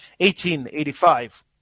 1885